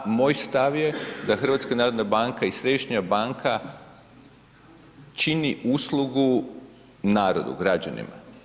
Ja, moj stav je da HNB i središnja banka čini uslugu narodu, građanima.